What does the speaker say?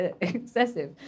excessive